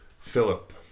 Philip